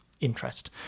interest